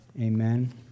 Amen